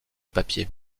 papier